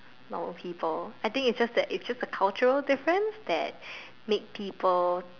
no people I think it's just it's just culture difference that make people